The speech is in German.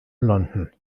london